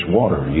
water